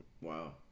Wow